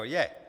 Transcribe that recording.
Je.